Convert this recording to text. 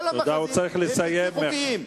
כל המאחזים הם בלתי-חוקיים,